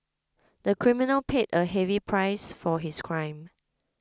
the criminal paid a heavy price for his crime